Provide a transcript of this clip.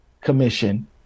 commission